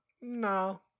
No